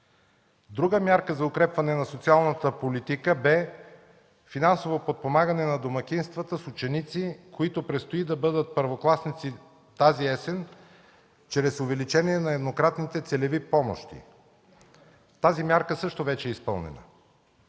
Друга мярка за укрепване на социалната политика бе финансово подпомагане на домакинствата с ученици, които предстои да бъдат първокласници тази есен, чрез увеличение на еднократните целеви помощи. Тази мярка също вече е изпълнена.